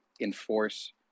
enforce